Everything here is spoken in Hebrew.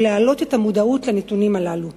להעלות את המודעות לנתונים הללו,